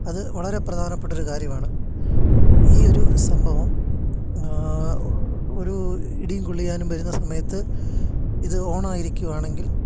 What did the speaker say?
അത് വളരെ പ്രധാനപ്പെട്ടൊരു കാര്യമാണ് ഈയൊരു സംഭവം ഒരു ഇടിയും കൊള്ളിയാനും വരുന്ന സമയത്ത് ഇത് ഓൺ ആയിരിക്കുകയാണെങ്കിൽ